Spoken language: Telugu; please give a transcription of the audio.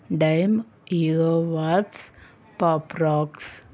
dime Eggo waffles Pop racks